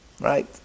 right